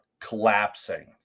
collapsing